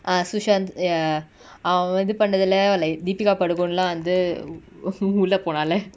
ah sushan ya அவ வந்து பண்ணதுல:ava vanthu pannathula like dheepikapadukon lah வந்து:vanthu உள்ள போனால:ulla ponala